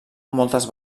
moltes